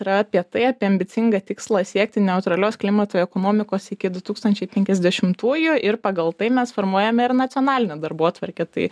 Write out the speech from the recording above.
yra apie tai apie ambicingą tikslą siekti neutralios klimatui ekonomikos iki du tūkstančiai penkiasdešimtųjų ir pagal tai mes formuojame ir nacionalinę darbotvarkę tai